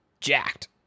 jacked